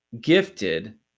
gifted